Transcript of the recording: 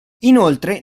inoltre